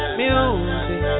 music